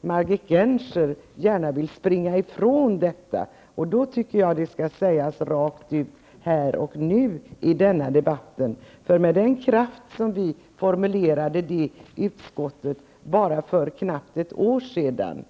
Margit Gennser kanske gärna vill springa ifrån detta, men jag tycker att det skall sägas rakt ut här och nu i denna debatt. Vi formulerade det med kraft i utskottet för knappt ett år sedan.